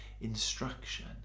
instruction